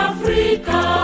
Africa